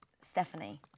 Stephanie